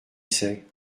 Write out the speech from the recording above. sait